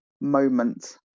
moment